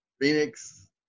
Phoenix